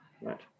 right